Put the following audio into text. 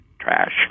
trash